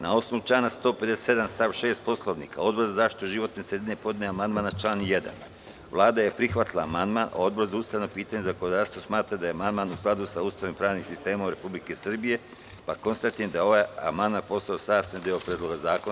Na osnovu člana 157. stav 6. Poslovnika, Odbor za zaštitu životne sredine podneo je amandman na član 1. Vlada je prihvatila amandman, a Odbor za ustavna pitanja i zakonodavstvo smatra da je amandman u skladu sa Ustavom i pravnim sistemom Republike Srbije, pa konstatujem da je ovaj amandman postao sastavni deo Predloga zakona.